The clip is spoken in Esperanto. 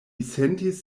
sentis